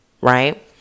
Right